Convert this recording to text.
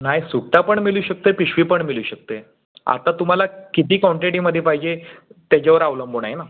नाही सुट्टा पण मिळू शकते पिशवी पण मिळू शकते आता तुम्हाला किती कॉन्टेटीमध्ये पाहिजे त्याच्यावर अवलंबून आहे ना